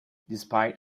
despite